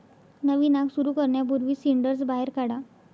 नवीन आग सुरू करण्यापूर्वी सिंडर्स बाहेर काढा